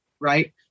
right